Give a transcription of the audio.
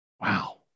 Wow